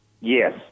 Yes